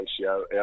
ratio